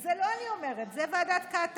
את זה לא אני אומרת, זה ועדת קעטבי.